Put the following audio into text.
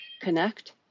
connect